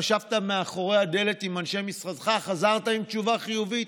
חשבת מאחורי הדלת עם אנשי משרדך וחזרת עם תשובה חיובית.